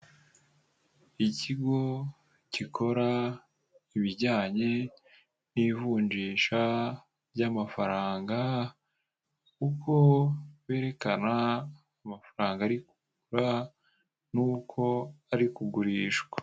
Ikigo gikora ibijyanye n'ivunjisha ry'amafaranga uko berekana amafaranga ari kugura nuko ari kugurishwa.